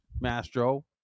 Mastro